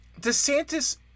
DeSantis